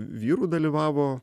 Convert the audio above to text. vyrų dalyvavo